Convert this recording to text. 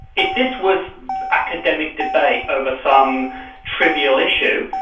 if this was academic debate over some trivial issue,